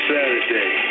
Saturday